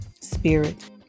spirit